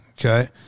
Okay